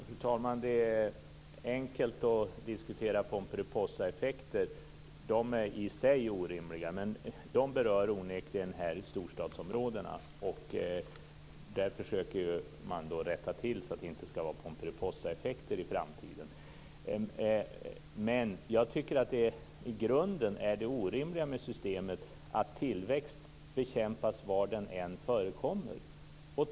Fru talman! Det är enkelt att diskutera Pomperipossaeffekter. De i sig är orimliga men de berör onekligen storstadsområdena. Där försöker man rätta till så att det i framtiden inte är några Pomperipossaeffekter. I grunden är det orimliga med systemet att tillväxt bekämpas var den än förekommer.